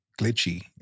glitchy